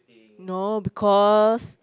no because